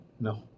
No